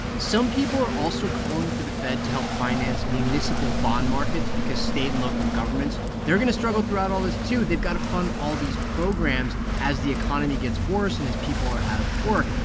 some people are also calling for the fed to help finance municipal bond markets because state and local governments they're going to struggle throughout all this, too. they've got to fund all these programs as the economy gets worse and as people are out of work.